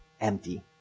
empty